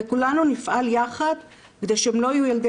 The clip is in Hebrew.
וכולנו נפעל יחד כדי שהם לא יהיו ילדי